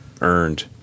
earned